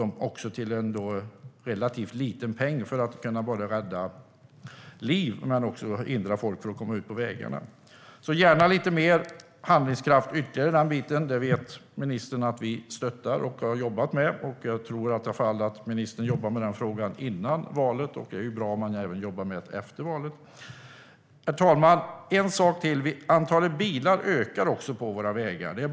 Det rör sig ändå om en relativt liten peng för att kunna rädda liv och hindra folk från att komma ut på vägarna. Jag vill gärna se lite mer handlingskraft här, det vet ministern att vi stöttar och har jobbat med. Jag tror i alla fall att ministern jobbade med den frågan före valet, och det är bra om han jobbar med den även efter valet. Herr talman! Jag vill ta upp en sak till. Antalet bilar ökar på våra vägar.